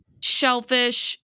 shellfish